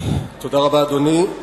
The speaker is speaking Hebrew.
אדוני היושב-ראש,